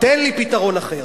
תן לי פתרון אחר.